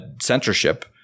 censorship